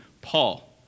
Paul